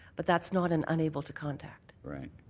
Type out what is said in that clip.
but that's not an unable to contact. right.